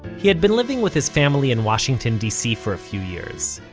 he had been living with his family in washington d c. for a few years,